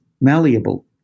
malleable